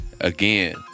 Again